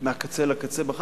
מהקצה אל הקצה מחר.